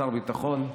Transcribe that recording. שר הביטחון,